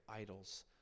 idols